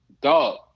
Dog